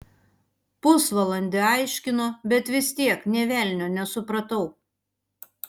pusvalandį aiškino bet vis tiek nė velnio nesupratau